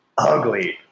Ugly